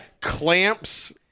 clamps